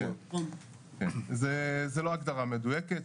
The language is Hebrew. זו לא הגדרה מדויקת.